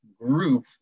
group